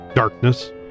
darkness